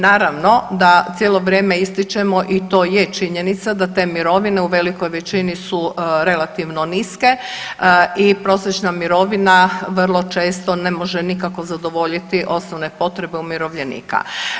Naravno da cijelo vrijeme ističemo, i to je činjenica, da te mirovine u velikoj većini su relativno niske i prosječna mirovina vrlo često ne može nikako zadovoljiti osnovne potrebe umirovljenika.